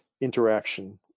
interaction